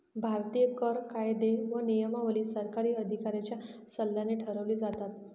भारतीय कर कायदे व नियमावली सरकारी अधिकाऱ्यांच्या सल्ल्याने ठरवली जातात